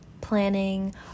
planning